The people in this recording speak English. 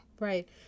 right